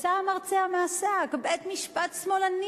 ויצא המרצע מהשק: בית-משפט שמאלני,